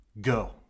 go